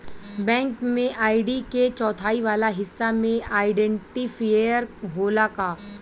Bank में ID के चौथाई वाला हिस्सा में आइडेंटिफैएर होला का?